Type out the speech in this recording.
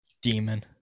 demon